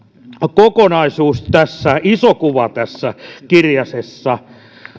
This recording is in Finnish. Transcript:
kokonaisuus iso kuva tässä kirjasessa